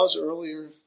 earlier